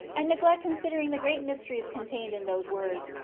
and neglect considering the great mysteries contained in those words,